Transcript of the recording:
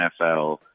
NFL